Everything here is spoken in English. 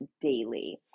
daily